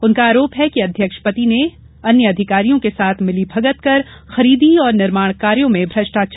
उनका आरोप है कि अध्यक्ष पति ने अन्य अधिकारियों के साथ मिलीमगत कर खरीदी और निर्माण कार्यों में म्रष्टाचार किया है